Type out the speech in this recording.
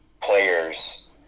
players